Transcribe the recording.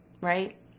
right